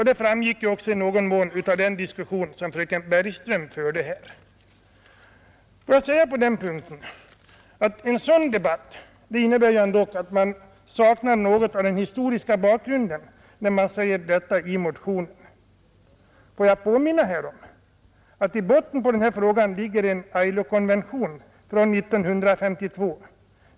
Det framgick också i någon mån av den diskussion fröken Bergström här förde. Att skriva en sådan sak i motionen innebär ändå att man inte känner till den historiska bakgrunden. Får jag påminna om att i botten av denna fråga ligger en konvention, nr 103, från Internationella arbetsorganisationens allmänna konferens år 1952.